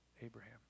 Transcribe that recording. Abraham